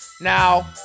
Now